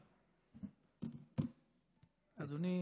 בבקשה, אדוני.